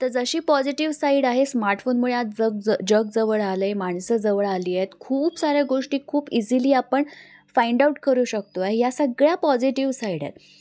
तर जशी positive side आहे स्मार्टफोनमुळे आज जग जग जवळ आलं आहे माणसं जवळ आली आहेत खूप साऱ्या गोष्टी खूप इझिली आपण फाईंड आऊट करू शकतो आहे ह्या सगळ्या पॉझिटिव्ह साईड आहेत